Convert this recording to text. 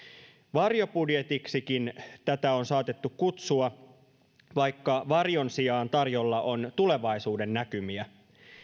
varjobudjetiksikin tätä on saatettu kutsua vaikka varjon sijaan tarjolla on tulevaisuudennäkymiä